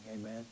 Amen